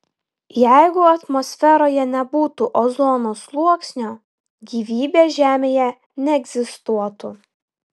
jeigu atmosferoje nebūtų ozono sluoksnio gyvybė žemėje neegzistuotų